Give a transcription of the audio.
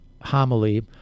homily